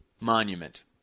monument